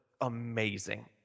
amazing